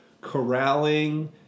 corralling